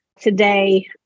today